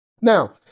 Now